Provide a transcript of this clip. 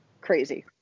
Crazy